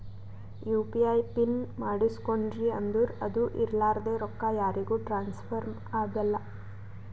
you P I pin ಮಾಡುಸ್ಕೊಂಡ್ರಿ ಅಂದುರ್ ಅದು ಇರ್ಲಾರ್ದೆ ರೊಕ್ಕಾ ಯಾರಿಗೂ ಟ್ರಾನ್ಸ್ಫರ್ ಆಗಲ್ಲಾ